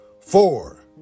Four